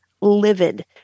livid